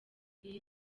iyi